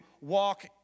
walk